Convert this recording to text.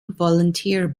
volunteer